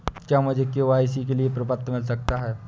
क्या मुझे के.वाई.सी के लिए प्रपत्र मिल सकता है?